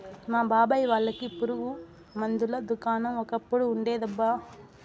మా బాబాయ్ వాళ్ళకి పురుగు మందుల దుకాణం ఒకప్పుడు ఉండేదబ్బా